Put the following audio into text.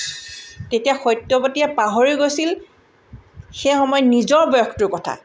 তেতিয়া সত্যৱতীয়ে পাহৰি গৈছিল সেই সময়ত নিজৰ বয়সটোৰ কথা